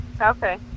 Okay